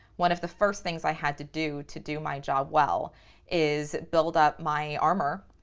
one of the first things i had to do to do my job well is build up my armor